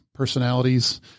personalities